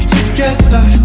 Together